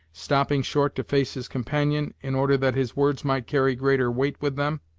stopping short to face his companion, in order that his words might carry greater weight with them,